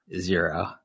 zero